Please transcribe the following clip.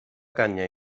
canya